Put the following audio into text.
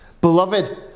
Beloved